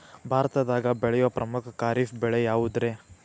ಭಾರತದಾಗ ಬೆಳೆಯೋ ಪ್ರಮುಖ ಖಾರಿಫ್ ಬೆಳೆ ಯಾವುದ್ರೇ?